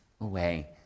away